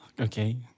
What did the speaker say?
Okay